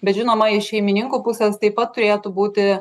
bet žinoma iš šeimininkų pusės taip pat turėtų būti